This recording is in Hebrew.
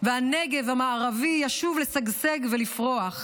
והנגב המערבי ישוב לשגשג ולפרוח,